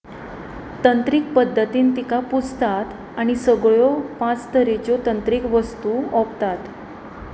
तंत्रीक पद्दतीन तिका पुजतात आनी सगळ्यो पांच तरेच्यो तंत्रीक वस्तू ओंपतात